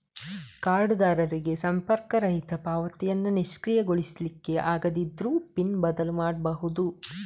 ಕಾರ್ಡುದಾರರಿಗೆ ಸಂಪರ್ಕರಹಿತ ಪಾವತಿಯನ್ನ ನಿಷ್ಕ್ರಿಯಗೊಳಿಸ್ಲಿಕ್ಕೆ ಆಗದಿದ್ರೂ ಪಿನ್ ಬದಲು ಮಾಡ್ಬಹುದು